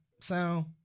sound